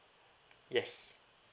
yes